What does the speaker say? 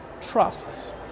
trusts